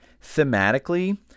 Thematically